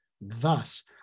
Thus